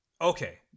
Okay